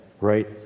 right